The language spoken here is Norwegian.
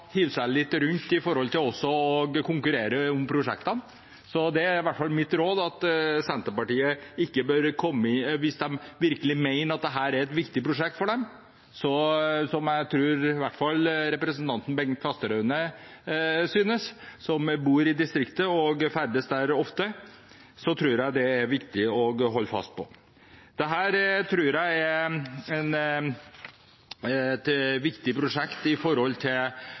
seg litt rundt når det gjelder å konkurrere om prosjektene. Det er i hvert fall mitt råd til Senterpartiet. Hvis de virkelig mener at dette er et viktig prosjekt for dem, som jeg tror i hvert fall representanten Bengt Fasteraune synes, som bor i distriktet og ferdes der ofte, tror jeg det er viktig å holde fast ved. Jeg tror dette er et viktig prosjekt